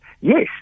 Yes